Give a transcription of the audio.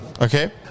okay